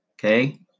Okay